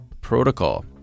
Protocol